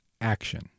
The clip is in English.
action